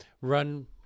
run